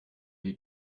die